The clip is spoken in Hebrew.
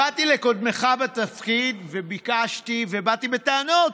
באתי לקודמך בתפקיד וביקשתי ובאתי בטענות: